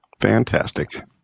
Fantastic